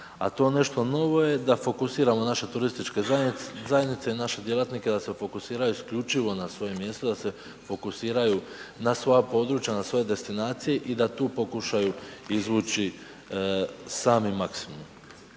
A to nešto novo je da fokusiramo naše turističke zajednice i naše djelatnike da se fokusiraju isključivo na svojem mjestu da se fokusiraju na svoja područja, na svoje destinacije i da tu pokušaju izvući sami maksimum.